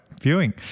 viewing